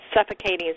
suffocating